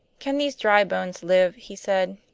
can these dry bones live? he said.